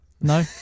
No